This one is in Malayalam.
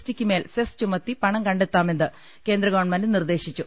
ടിക്ക് മേൽ സെസ് ചുമത്തി പണം കണ്ടെത്താമെന്ന് കേന്ദ്ര ഗവൺമെന്റ് നിർദ്ദേശിച്ചു